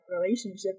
relationship